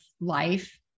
life